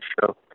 show